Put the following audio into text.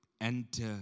Enter